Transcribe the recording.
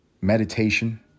meditation